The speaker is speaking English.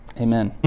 Amen